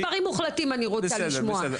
מספרים מוחלטים אני רוצה לשמוע.